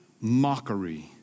mockery